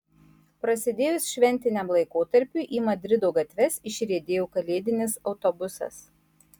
prasidėjus šventiniam laikotarpiui į madrido gatves išriedėjo kalėdinis autobusas